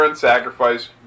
sacrifice